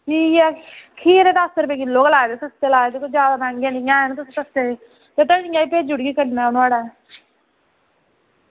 ठीक ऐ खीरा दस्स रपेऽ किलो गै लाया तुसें ई सस्ते लाए तुसेंगी जादै मैहंगे निं हैन सस्ते ते धनिया बी भेजी ओड़गी कन्नै नुहाड़े